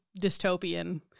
dystopian